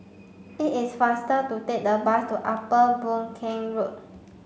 it is faster to take the bus to Upper Boon Keng Road